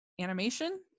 animation